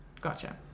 Gotcha